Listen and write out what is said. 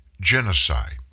genocide